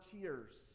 tears